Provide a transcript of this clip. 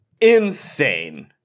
insane